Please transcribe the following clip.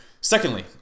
Secondly